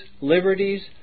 liberties